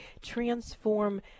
transform